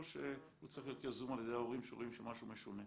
שהוא צריך להיות יזום על ידי ההורים שרואים שמשהו משונה?